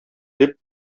дип